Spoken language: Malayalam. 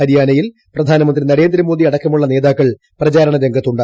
ഹരിയാനയിൽ പ്രധാനമന്ത്രി നരേന്ദ്രമോദി അടക്കമുള്ള നേതാക്കൾ പ്രചാരണ രംഗത്തുണ്ട്